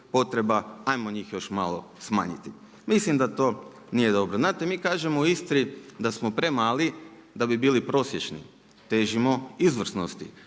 ajmo njih još manje smanjiti. Mislim da to nije dobro. Znate mi kažemo u Istri da smo premali da bi bili prosječni, težimo izvrsnosti.